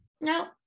No